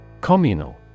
Communal